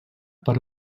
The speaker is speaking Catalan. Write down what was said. per